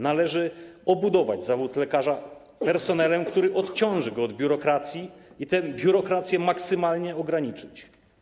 Należy obudować zawód lekarza personelem, który odciąży go od biurokracji, i tę biurokrację maksymalnie ograniczyć.